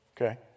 Okay